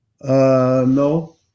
No